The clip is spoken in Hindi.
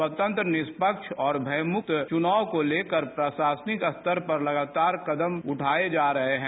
स्वतंत्र निष्पक्ष और भयमुक्त चुनाव को लेकर प्रशासनिक स्तर पर लगातार कदम उठाये जा रहे हैं